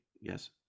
Yes